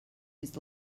his